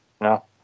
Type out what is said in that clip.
No